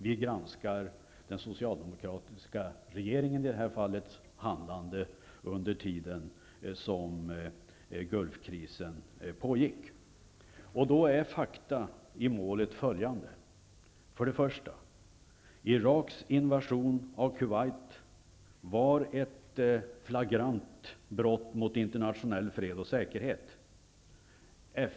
Vi granskar den socialdemokratiska regeringens handlande under tiden som Gulfkrisen pågick. Fakta i målet är följande: 1. Iraks invasion i Kuwait var ett flagrant brott mot internationell fred och säkerhet.